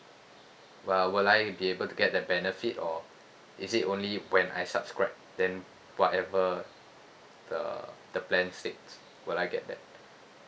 but will I be able to get the benefit or is it only when I subscribe then whatever the the plan states will I get that